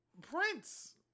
Prince